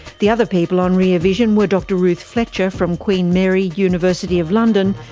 the other people on rear vision were dr ruth fletcher from queen mary university of london,